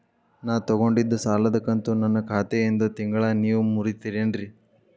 ನಾ ತೊಗೊಂಡಿದ್ದ ಸಾಲದ ಕಂತು ನನ್ನ ಖಾತೆಯಿಂದ ತಿಂಗಳಾ ನೇವ್ ಮುರೇತೇರೇನ್ರೇ?